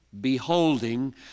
beholding